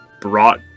brought